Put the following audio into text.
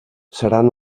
seran